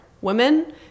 women